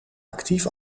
actief